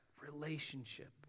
Relationship